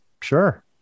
Sure